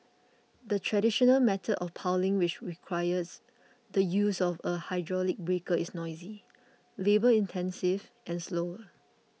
the traditional method of piling which requires the use of a hydraulic breaker is noisy labour intensive and slower